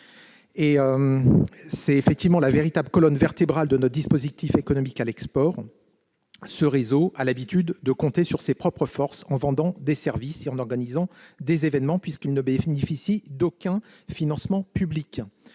en direction des CCIFI. Véritable colonne vertébrale de notre dispositif économique à l'export, le réseau des CCIFI a l'habitude de compter sur ses propres forces, en vendant des services et en organisant des événements, puisqu'il ne bénéficie d'aucun financement public.